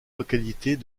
localités